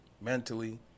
mentally